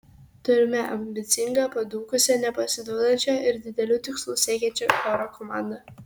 turime ambicingą padūkusią nepasiduodančią ir didelių tikslų siekiančią choro komandą